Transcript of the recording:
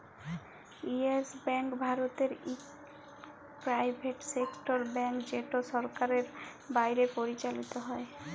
yes bank ভারতের ইকট private sector bank যেট সরকারের বাইরে পরিচালিত হ্যয়